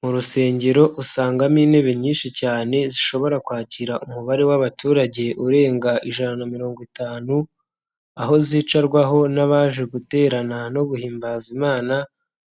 Mu rusengero usangamo intebe nyinshi cyane zishobora kwakira umubare w'abaturage urenga ijana na mirongo itanu, aho zicarwaho n'abaje guterana no guhimbaza Imana